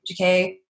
Okay